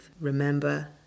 Remember